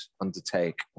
undertake